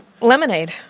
Lemonade